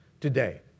today